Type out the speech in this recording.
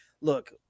look